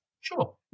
Sure